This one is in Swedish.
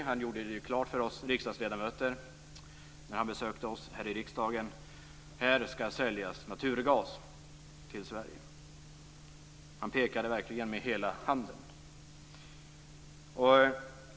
När han besökte oss här i riksdagen gjorde han klart för oss riksdagsledamöter att här skulle det säljas naturgas till Sverige. Han pekade verkligen med hela handen.